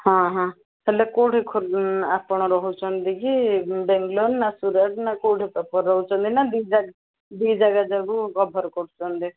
ହଁ ହଁ ହେଲେ କେଉଁଠି ଆପଣ ରହୁଛନ୍ତି କି ବାଙ୍ଗାଲୋର୍ ନା ସୁରଟ୍ ନା କେଉଁଠି ପ୍ରପର୍ ରହୁଛନ୍ତି ନା ଦୁଇ ଜାଗା ଦୁଇ ଜାଗା ଯାକୁ କଭର୍ କରୁଛନ୍ତି